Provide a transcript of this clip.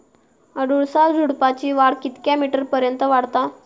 अडुळसा झुडूपाची वाढ कितक्या मीटर पर्यंत वाढता?